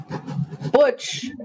Butch